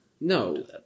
No